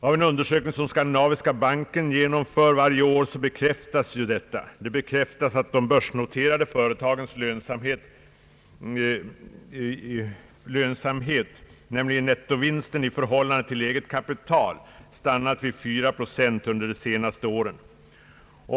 Av en undersökning som Skandinaviska banken genomför varje år bekräftas att de börsnoterade företagens lönsamhet, nämligen nettovinsten i förhållande till eget kapital, stannat vid 4 procent under det senaste året.